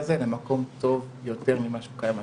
הזה למקום טוב יותר ממה שהוא קיים היום.